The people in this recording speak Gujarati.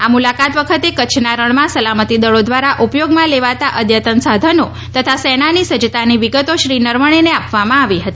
આ મુલાકાત વખતે કચ્છના રણમાં સલામતી દળી દ્વારા ઉપયોગમાં લેવાતા અદ્યતન સાધનો તથા સેનાની સજ્જતાની વિગતો શ્રી નરવણેને આપવામાં આવી હતી